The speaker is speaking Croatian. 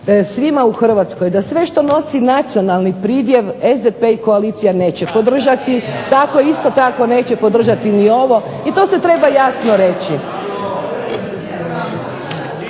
svima u Hrvatskoj da sve što nosi nacionalni pridjev SDP i koalicija neće podržati, isto tako podržati neće ovo i to se treba jasno reći.